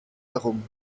herum